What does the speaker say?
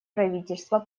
правительства